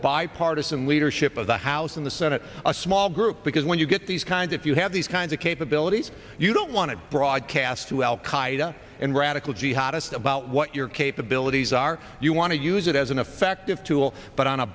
bipartisan leadership of the house and the senate a small group because when you get these kinds if you have these kinds of capabilities you don't want to broadcast to al qaeda and radical jihadist about what your capabilities are you want to use it as an effective tool but on a